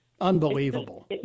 Unbelievable